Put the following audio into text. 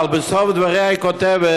אבל בסוף דבריה היא כותבת: